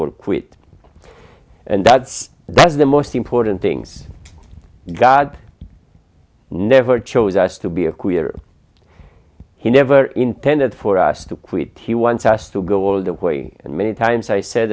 or quit and that's that's the most important things god never chose us to be a queer he never intended for us to quit he wants us to go all the way and many times i said